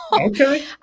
Okay